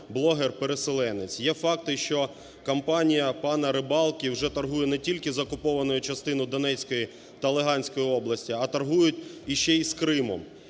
Є факти, що компанія пана Рибалки вже торгує не тільки з окупованою частиною Донецької та Луганської областей, а торгують ще і з Кримом.